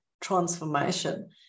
transformation